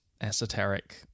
esoteric